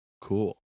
Cool